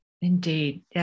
Indeed